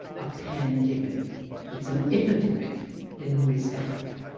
a pandemic it's an epidemic in west africa,